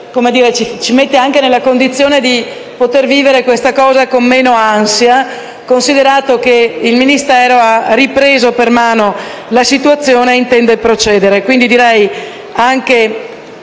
ci mette nella condizione di poter vivere questo processo con meno ansia, considerato che il Ministero ha ripreso per mano la situazione e intende procedere.